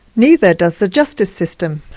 neither does the justice system.